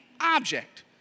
object